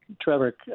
Trevor